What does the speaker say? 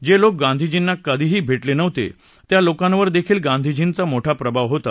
जे लोक गांधीजींना कधीही भेटले नव्हते त्या लोकांवर देखील गांधीजींचा मोठा प्रभाव होता